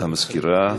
ארבעה בעד,